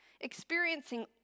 experiencing